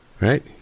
Right